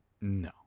No